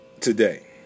Today